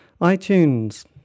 itunes